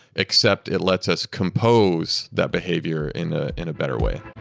except it lets us compose that behavior in ah in a better way